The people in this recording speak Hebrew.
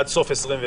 עד סוף 2021,